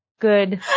good